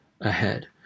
ahead